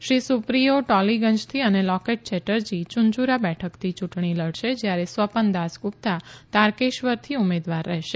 શ્રી સુપ્રિયો ટોલીગંજથી અને લોકેટ ચેટર્જી યુનયુરા બેઠકથી યૂંટણી લડશે જ્યારે સ્વપન દાસગુપ્તા તારકેશ્વરથી ઉમેદવાર રહેશે